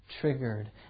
triggered